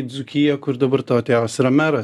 į dzūkiją kur dabar tavo tėvas yra meras